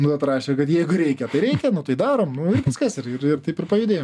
nu atrašė kad jeigu reikia tai reikia nu tai darom nu ir viskas ir ir ir taip ir pajudėjo